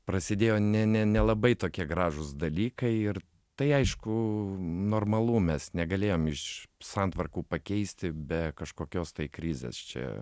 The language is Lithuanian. prasidėjo ne ne nelabai tokie gražūs dalykai ir tai aišku normalu mes negalėjom iš santvarkų pakeisti be kažkokios tai krizės čia